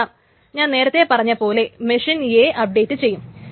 കാരണം ഞാൻ നേരത്തെ പറഞ്ഞ പൊലെ മെഷീൻ A അപ്ഡേറ്റ് ചെയ്യും